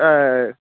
ஆ ஆ